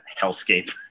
hellscape